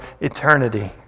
eternity